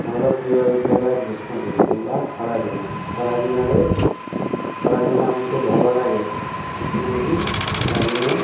ମୋର ପ୍ରିୟ ଋତୁ ହେଲା ଗ୍ରୀଷ୍ମଋତୁ ବା ଖରାଦିନ ଖରାଦିନରେ ଖରାଦିନ ଆମକୁ ଭଲ ଲାଗେ ଏଥିପାଇଁ କି ଖରାଦିନେ